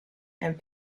and